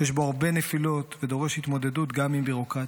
שיש בו הרבה נפילות ודורש התמודדות גם עם ביורוקרטיות.